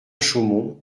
chaumont